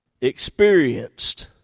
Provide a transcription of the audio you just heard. experienced